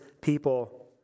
people